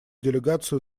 делегацию